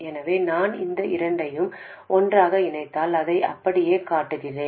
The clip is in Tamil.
எனவே நான் இந்த இரண்டையும் ஒன்றாக இணைத்தால் அதை அப்படியே காட்டுகிறேன்